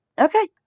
Okay